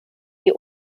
die